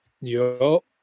Yo